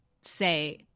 say